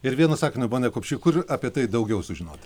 ir vienu sakiniu pone kupšy kur apie tai daugiau sužinoti